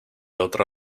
otra